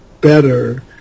better